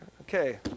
okay